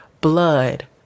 Blood